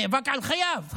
הוא נאבק על חייו.